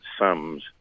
sums